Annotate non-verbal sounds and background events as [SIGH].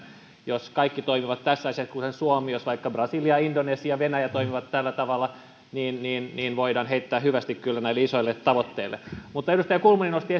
jos kaikki toimivat tässä asiassa kuten suomi jos vaikka brasilia indonesia ja venäjä toimisivat tällä tavalla niin niin voidaan kyllä heittää hyvästit näille isoille tavoitteille mutta edustaja kulmuni nosti [UNINTELLIGIBLE]